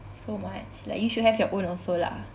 so much like you should have your own also lah